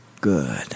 good